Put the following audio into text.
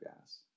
gas